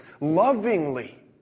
lovingly